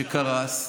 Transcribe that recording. שקרס,